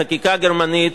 לחקיקה גרמנית,